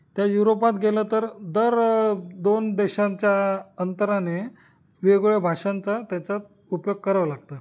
त्या युरोपात गेलं तर दर दोन देशांच्या अंतराने वेगवेगळ्या भाषांचा त्याच्यात उपयोग करावं लागतं